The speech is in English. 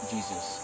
Jesus